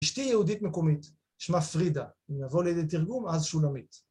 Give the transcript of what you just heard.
אשתי יהודית מקומית, שמה פרידה, אם נבוא לידי תרגום, אז שולמית.